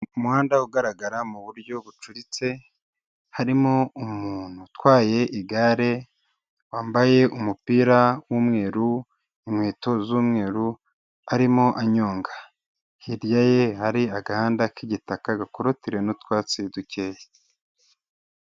Umuhanda ugaragara mu buryo bucuritse, harimo umuntu utwaye igare wambaye umupira w'umweru, inkweto z'umweru, arimo anyonga. Hirya ye hari agahanda k'igitaka gakorotiriwe n'utwatsi dukeya.